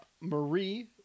Marie